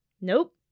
Nope